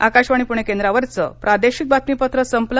आकाशवाणी पुणे केंद्रावरच प्रादेशिक बातमीपत्र संपलं